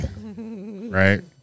Right